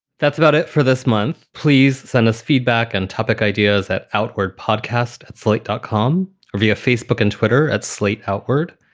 that's about it for this month. please send us feedback and topic ideas at outward podcast flight dot com or via facebook and twitter at slate outward.